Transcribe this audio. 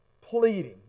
pleading